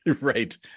Right